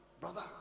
Brother